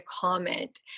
comment